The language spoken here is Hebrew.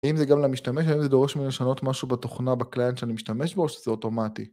האם זה גם למשתמש, האם זה דורש ממני לשנות משהו בתוכנה, בקליינט שאני משתמש בו, או שזה אוטומטי?